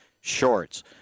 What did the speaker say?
shorts